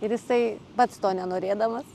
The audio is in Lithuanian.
ir jisai pats to nenorėdamas